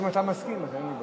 אם אתה מסכים, אז אין לי בעיה.